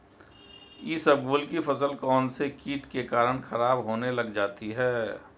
इसबगोल की फसल कौनसे कीट के कारण खराब होने लग जाती है?